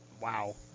Wow